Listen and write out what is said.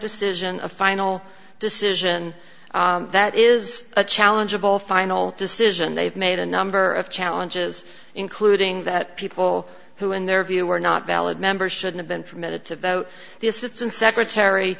decision a final decision that is a challenge of all final decision they've made a number of challenges including that people who in their view were not valid members should have been permitted to vote the assistant secretary